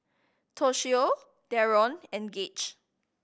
Toshio Deron and Gage